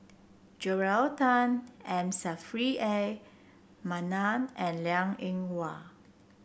Joel Tan M Saffri A Manaf and Liang Eng Hwa